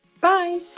Bye